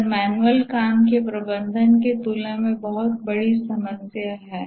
यह मैनुअल काम के प्रबंधन की तुलना में बहुत बड़ी समस्या है